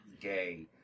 gay